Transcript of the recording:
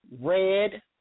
red